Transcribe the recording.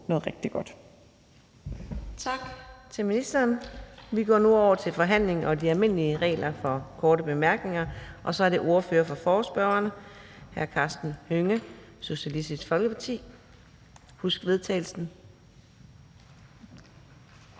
noget rigtig godt.